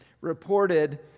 reported